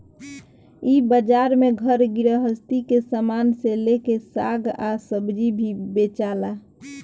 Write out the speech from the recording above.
इ बाजार में घर गृहस्थी के सामान से लेके साग आ सब्जी भी बेचाला